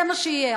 זה מה שיהיה.